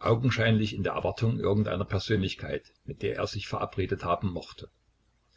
augenscheinlich in der erwartung irgendeiner persönlichkeit mit der er sich verabredet haben mochte